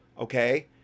okay